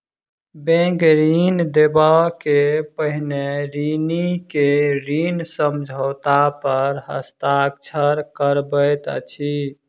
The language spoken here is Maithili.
बैंक ऋण देबअ के पहिने ऋणी के ऋण समझौता पर हस्ताक्षर करबैत अछि